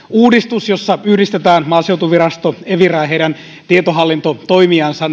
uudistus jossa yhdistetään maaseutuvirasto evira ja heidän tietohallintotoimijansa